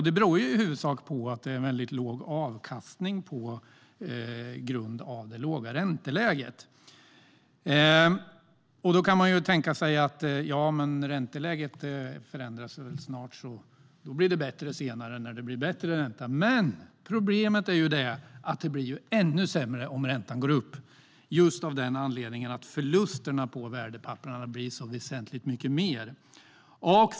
Det beror i huvudsak på att avkastningen är väldigt låg på grund av det låga ränteläget. Man kan tänka att ränteläget snart förändras och att det blir bättre sedan när räntan stiger, men problemet är att det blir ännu sämre om räntan går upp. Anledningen är att förlusterna på värdepappren blir väsentligt mycket större.